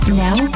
now